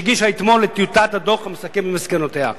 שהגישה אתמול את טיוטת הדוח המסכם עם מסקנותיה.